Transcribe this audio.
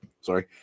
Sorry